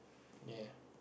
ya